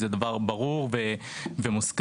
זה דבר ברור ומוסכם,